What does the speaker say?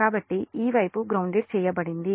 కాబట్టి ఈ వైపు గ్రౌన్దేడ్ చేయబడింది